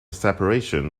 separation